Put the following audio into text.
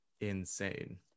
Insane